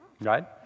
Right